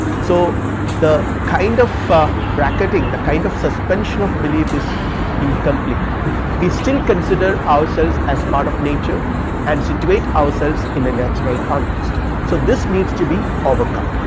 so the kind of bracketing the kind of suspension of belief is incomplete we still consider ourselves as part of nature and situate ourselves in a natural context. so, this needs to be overcome.